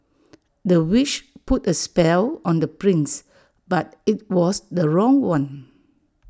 the witch put A spell on the prince but IT was the wrong one